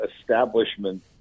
establishment